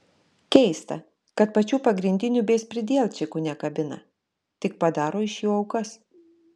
keista kad pačių pagrindinių bezpridielčikų nekabina tik padaro iš jų aukas